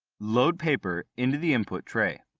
load paper into the input tray.